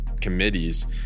committees